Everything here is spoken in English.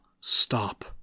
stop